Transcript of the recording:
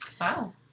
Wow